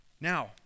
Now